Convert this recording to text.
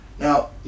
Now